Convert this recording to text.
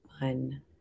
One